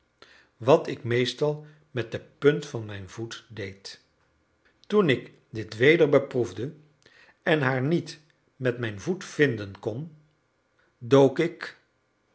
wat ik meestal met de punt van mijn voet deed toen ik dit weder beproefde en haar niet met mijn voet vinden kon dook ik